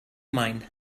mine